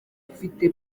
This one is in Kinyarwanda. ufite